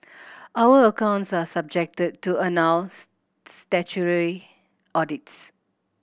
our accounts are subjected to annual statutory audits